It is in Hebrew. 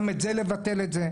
גם לבטל את זה.